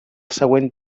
següent